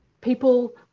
people